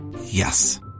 Yes